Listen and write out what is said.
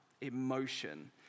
emotion